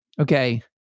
okay